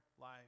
life